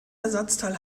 ersatzteil